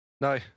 No